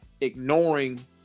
ignoring